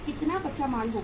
कितना कच्चा माल होगा